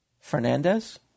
Fernandez